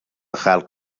خلق